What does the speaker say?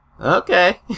okay